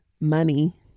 money